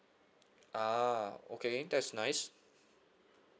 ah okay that's nice